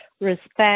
respect